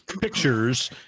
pictures